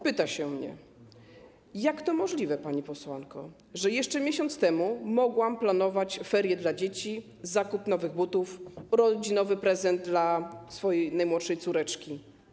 Pyta się mnie: Jak to możliwe, pani posłanko, że jeszcze miesiąc temu mogłam planować ferie dla dzieci, zakup nowych butów, urodzinowy prezent dla swojej najmłodszej córeczki?